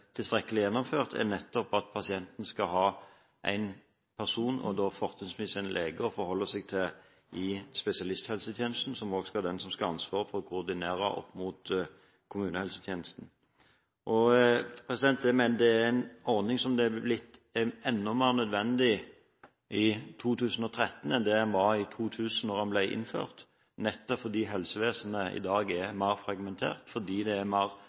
skal være den som skal ha ansvar for å koordinere opp mot kommunehelsetjenesten. Jeg mener dette er en ordning som er blitt enda mer nødvendig i 2013 enn den var i 2000, da den ble innført, nettopp fordi helsevesenet i dag er mer fragmentert, mer spesialisert – en problemstilling som jeg vet også representanten Toppe har vært veldig opptatt av. Jeg tror ikke vi kan gå tilbake til det at en har leger i spesialisthelsetjenesten som er mer